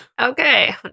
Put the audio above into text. Okay